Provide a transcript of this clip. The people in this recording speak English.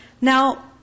Now